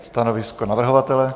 Stanovisko navrhovatele?